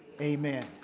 Amen